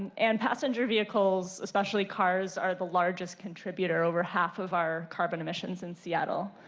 and passenger vehicles, especially cars, are the largest contributor. over half of our carbon emissions in seattle,